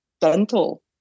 dental